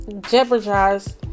jeopardize